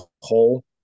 hole